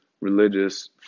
religious